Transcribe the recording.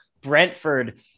Brentford